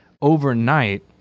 overnight